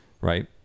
right